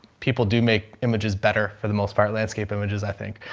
people do make images better for the most part. landscape images i think.